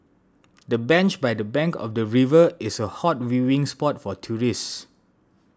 the bench by the bank of the river is a hot viewing spot for tourists